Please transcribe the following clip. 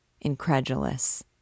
incredulous